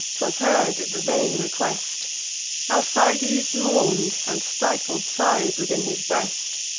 t was heard, the vain request alcides mourn'd, and stifled sighs within his breast.